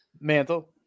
Mantle